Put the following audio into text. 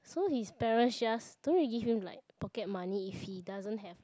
so his parents just don't really give him like pocket money if he doesn't have like